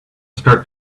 start